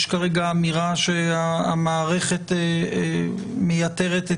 יש כרגע אמירה שהמערכת מייתרת את